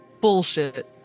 Bullshit